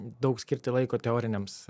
daug skirti laiko teoriniams